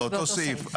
באותו סעיף.